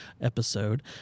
episode